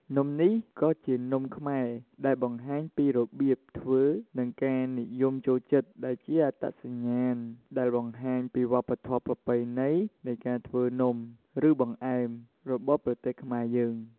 នំនេះក៏ជានំខ្មែរដែលបង្ហាញពីរបៀបធ្វើនិងការនិយមចូលចិត្តដែលជាអត្តសញ្ញាណដែលបង្ហាញពីវប្បធម៌ប្រពៃណីនៃការធ្វើនំឬបង្អែមរបស់ប្រទេសខ្មែរយើង។